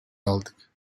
aldık